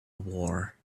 war